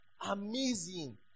Amazing